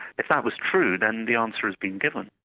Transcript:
if that was true, then the answer has been given.